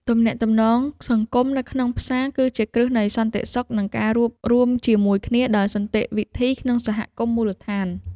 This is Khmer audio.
ទំនាក់ទំនងសង្គមនៅក្នុងផ្សារ គឺជាគ្រឹះនៃសន្តិសុខនិងការរួមរស់ជាមួយគ្នាដោយសន្តិវិធីក្នុងសហគមន៍មូលដ្ឋាន។